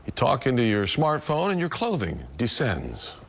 talk into your smartphone, and your clothing descends.